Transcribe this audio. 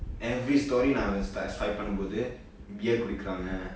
every story நா:naa swipe பன்னும்போது:pannumbothu beer குடிக்கிறாங்க:kudikiraanga